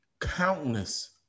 countless